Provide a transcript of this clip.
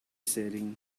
selling